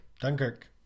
Dunkirk